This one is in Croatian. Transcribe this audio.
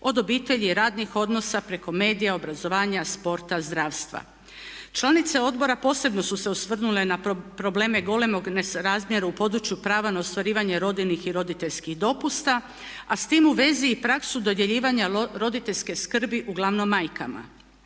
od obitelji, radnih odnosa preko medija, obrazovanja, sporta, zdravstva. Članice odbora posebno su se osvrnule na probleme golemog nesrazmjera u području prava na ostvarivanje rodiljnih i roditeljskih dopusta a s tim u vezi i praksu dodjeljivanja roditeljske skrbi uglavnom majkama.